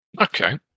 Okay